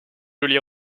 jolie